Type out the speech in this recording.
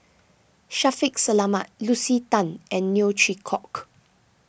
Shaffiq Selamat Lucy Tan and Neo Chwee Kok